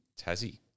Tassie